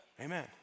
Amen